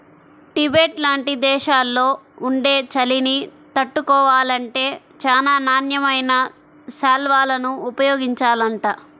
Tibet లాంటి దేశాల్లో ఉండే చలిని తట్టుకోవాలంటే చానా నాణ్యమైన శాల్వాలను ఉపయోగించాలంట